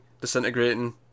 disintegrating